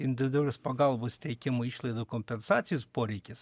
individualus pagalbos teikimo išlaidų kompensacijos poreikis